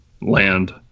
Land